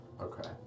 Okay